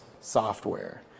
software